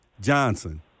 Johnson